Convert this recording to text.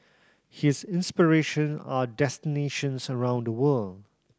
his inspiration are destinations around the world